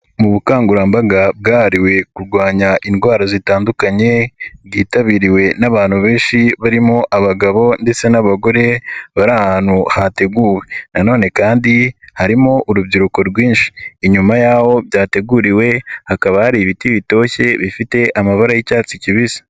Mu bukangurambaga bwahariwe kurwanya indwara zitandukanye bwitabiriwe n'abantu benshi barimo abagabo ndetse n'abagore bari ahantu hateguwe nanone kandi harimo urubyiruko rwinshi, inyuma y'aho byateguriwe hakaba hari ibiti bitoshye bifite amabara y'icyatsi kibisi.